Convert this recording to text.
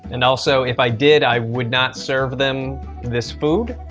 and also if i did, i would not serve them this food.